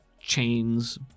chains